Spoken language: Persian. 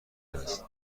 است